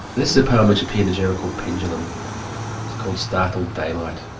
this is a poem which appeared in a journal called pendulum. it's called startled daylight.